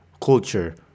culture